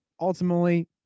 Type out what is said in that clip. ultimately